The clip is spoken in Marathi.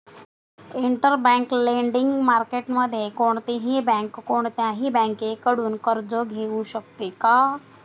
इंटरबँक लेंडिंग मार्केटमध्ये कोणतीही बँक कोणत्याही बँकेकडून कर्ज घेऊ शकते का?